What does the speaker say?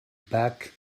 back